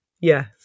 yes